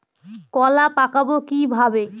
কলা পাকাবো কিভাবে?